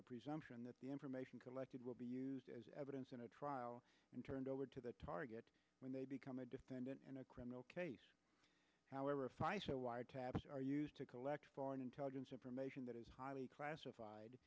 the presumption that the information collected will be used as evidence in a trial and turned over to the target when they become a defendant in a criminal case however if i so wiretaps are used to collect foreign intelligence information that is highly classified